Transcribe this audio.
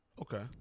Okay